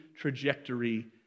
trajectory